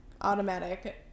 automatic